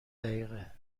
دقیقه